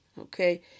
okay